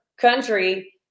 country